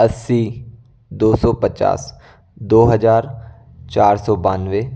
अस्सी दो सौ पचास दो हज़ार चार सौ बानवे